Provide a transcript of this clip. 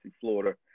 Florida